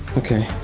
okay.